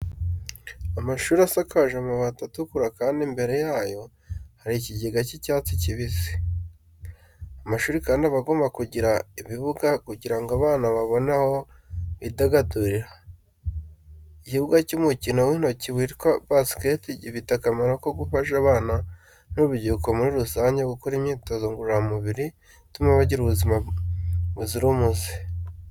Amashuri asakaje amabati atukura kandi imbere yayo hari ikigega cy'icyatsi kibisi. Amashuri kandi aba agomba kugira ibibuga kugira ngo abana babone aho bidagadurira. Ikibuga cy’umukino w’intoki witwa basiketi gifite akamaro ko gufasha abana n’urubyiruko muri rusange gukora imyitozo ngororamubiri ituma bagira ubuzima buzira umuze.